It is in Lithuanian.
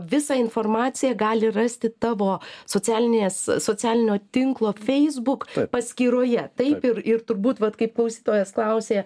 visą informaciją gali rasti tavo socialinės socialinio tinklo facebook paskyroje taip ir ir turbūt vat kaip klausytojas klausė